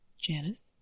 Janice